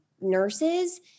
nurses